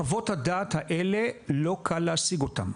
חוות הדעת האלה, לא קל להשיג אותן.